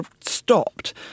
stopped